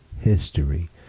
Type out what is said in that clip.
history